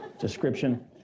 description